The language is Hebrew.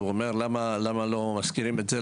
הוא אומר למה לא מזכירים את זה,